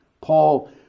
Paul